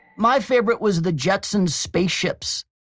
my favorite was the jetsons's spaceships,